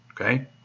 okay